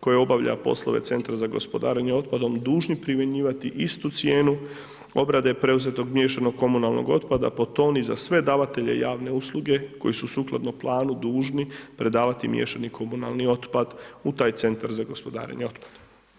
koje obavlja poslove centra za gospodarenje otpadom dužni primjenjivati istu cijenu obrade preuzetog miješanog komunalnog otpada po toni za sve davatelje javne usluge koji su sukladno planu dužni predavati miješani komunalni otpad u taj centar za gospodarenje otpadom.